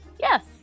Yes